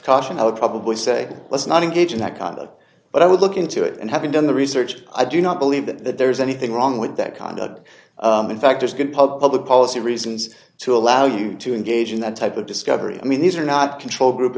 caution i would probably say let's not engage in that conduct but i would look into it and having done the research i do not believe that there's anything wrong with that conduct in fact there's good public policy reasons to allow you to engage in that type of discovery i mean these are not control group